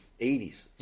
80s